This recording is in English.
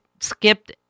skipped